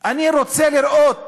אני רוצה לראות